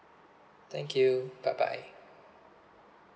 thank you bye bye